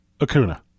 Acuna